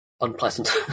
unpleasant